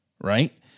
Right